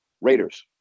Raiders